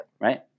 right